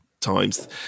times